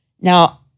now